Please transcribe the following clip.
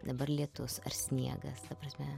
dabar lietus ar sniegas ta prasme